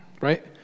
right